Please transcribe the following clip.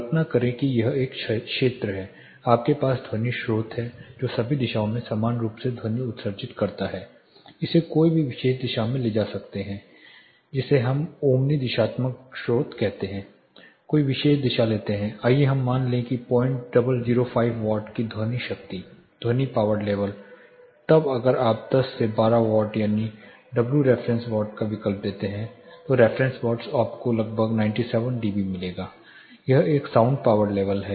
कल्पना करें कि एक क्षेत्र है आपके पास ध्वनि स्रोत है जो सभी दिशाओं में समान रूप से ध्वनि उत्सर्जित करता है इसे कोई भी विशेष दिशा ले सकते हैं जिसे हम ओमनी दिशात्मक स्रोत कहते हैं कोई विशेष दिशा लेते हैं आइए हम मान लें कि 0005 वाट की ध्वनि शक्ति ध्वनि पॉवर लेवल तब अगर आप 10 12 वॉट यानी डब्ल्यू रेफरेंस वॉट्स का विकल्प देते हैं तो रेफरेंस वाट्स आपको लगभग 97 डीबी मिलेगा यह एक साउंड पावर लेवल है